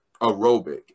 aerobic